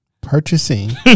Purchasing